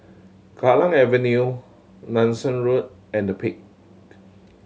Kallang Avenue Nanson Road and The Peak